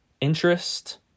interest